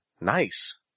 Nice